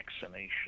vaccination